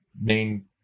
main